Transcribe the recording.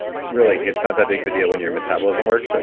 really, it's not that big of a deal when your metabolism works. you're